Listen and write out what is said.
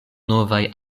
novaj